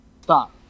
stop